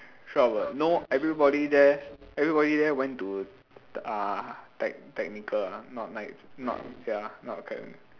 sure about no everybody there everybody there went to uh tech~ technical ah not nit~ not ya not academic